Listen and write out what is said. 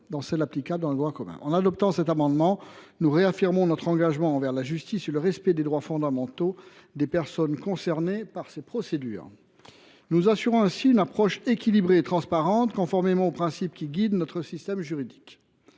de celle prévue par le droit commun. En adoptant le présent amendement, nous réaffirmerons notre engagement envers la justice et le respect des droits fondamentaux des personnes concernées par ces procédures. Nous assurerons ainsi une approche équilibrée et transparente, conformément aux principes qui guident notre système juridique.